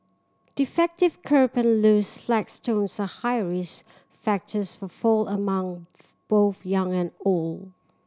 defective kerb and loose flagstones are high risk factors for fall among both young and old